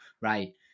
right